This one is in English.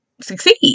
succeed